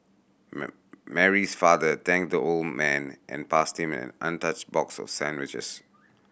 Mary's father thanked the old man and passed him an untouched box of sandwiches